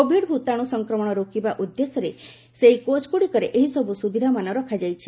Covid ଭତାଣୁ ସଂକ୍ରମଣ ରୋକିବା ଉଦ୍ଦେଶ୍ୟରେ ସେହି କୋଚ୍ଗୁଡ଼ିକରେ ଏହିସବୁ ସୁବିଧାମାନ ରଖାଯାଇଛି